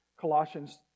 Colossians